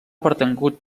pertangut